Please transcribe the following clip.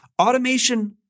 automation